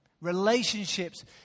Relationships